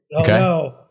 Okay